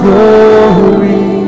Glory